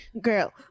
Girl